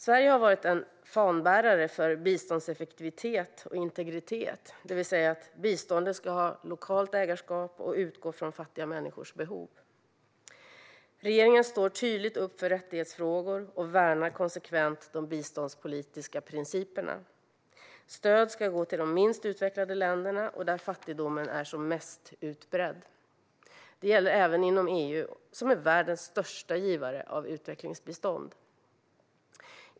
Sverige har varit en fanbärare för biståndseffektivitet och integritet - biståndet ska ha lokalt ägarskap och utgå från fattiga människors behov. Regeringen står tydligt upp för rättighetsfrågor och värnar konsekvent de biståndspolitiska principerna. Stöd ska gå till de minst utvecklade länderna och dit där fattigdomen är som mest utbredd. Detta gäller även inom EU, som är världens största givare av utvecklingsbistånd.